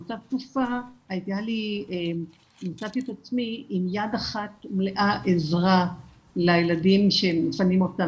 באותה תקופה מצאתי את עצמי עם יד אחת מלאה עזרה לילדים שמפנים אותם